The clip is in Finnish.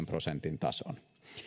prosentin tason